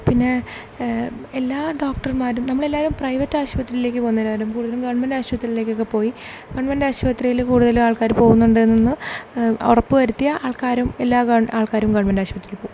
പിന്നെ എല്ലാ ഡോക്ടർമാരും നമ്മളെല്ലാവരും പ്രൈവറ്റ് ആശുപത്രിയിലേക്ക് പോകുന്നതിനു പകരം കൂടുതലും ഗവൺമെൻറ്റ് ആശുപത്രിയിലേക്കൊക്കെ പോയി ഗവൺമെൻറ്റ് ആശുപത്രിയിൽ കൂടുതല് ആൾക്കാരും പോകുന്നുണ്ട് എന്ന് ഉറപ്പുവരുത്തിയ ആൾക്കാരും എല്ലാ ഗ ആൾക്കാരും ഗവൺമെൻറ്റ് ആശുപത്രിയിൽ പോകും